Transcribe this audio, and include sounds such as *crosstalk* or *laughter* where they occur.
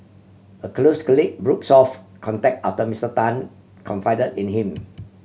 a close colleague broke *unintelligible* off contact after Mister Tan confide in him